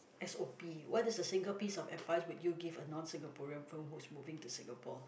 s_o_p what is a single piece of advice would you give a non Singaporean who's moving to Singapore